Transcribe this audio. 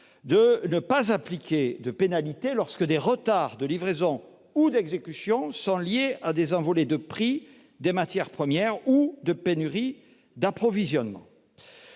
de ne pas appliquer de pénalité lorsque des retards de livraison ou d'exécution étaient liés à des envolées de prix des matières premières ou à des pénuries d'approvisionnement.